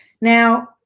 now